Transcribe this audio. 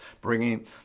bringing